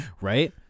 right